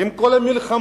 עם כל המלחמות,